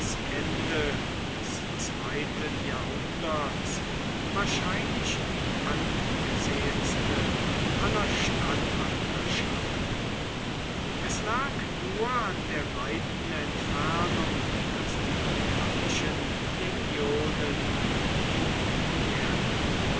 ende des zweiten jahrhunderts wahrscheinlich die angesehenste aller statthalterschaften es lag nur an der weiten entfernung daß die britannischen legionen in der